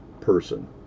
person